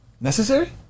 Necessary